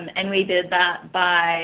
and we did that by